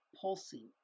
pulsing